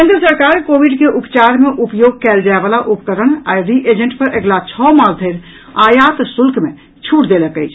केन्द्र सरकार कोविड के उपचार मे उपयोग कयल जायबला उपकरण आ रिएजेंट पर अगिला छओ मास धरि आयात शुल्क मे छूट देलक अछि